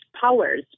powers